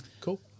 Cool